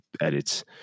edits